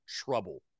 trouble